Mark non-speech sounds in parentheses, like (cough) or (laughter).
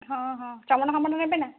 ହଁ ହଁ (unintelligible) ନେବେ ନାଁ